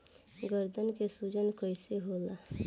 गर्दन के सूजन कईसे होला?